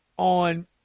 On